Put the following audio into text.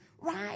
right